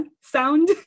sound